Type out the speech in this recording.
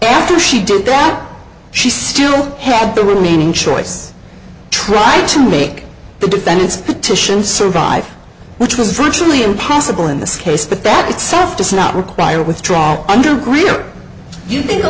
after she did that she still had the remaining choice try to make the defendant's titian survive which was virtually impossible in this case but that itself does not require withdraw under green or using a